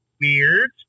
weird